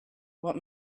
what